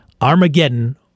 Armageddon